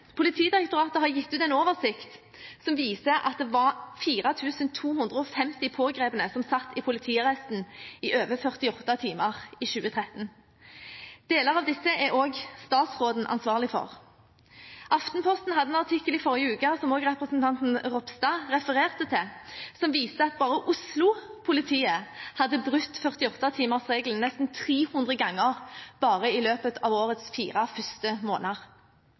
Politidirektoratet har gitt ut en oversikt som viser at det var 4 250 pågrepne som satt i politiarresten i over 48 timer i 2013. Deler av disse er også statsråden ansvarlig for. Aftenposten hadde en artikkel i forrige uke, som også representanten Ropstad refererte til, som viste at bare Oslo-politiet hadde brutt 48-timersregelen nesten 300 ganger bare i løpet av årets fire første måneder.